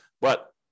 But-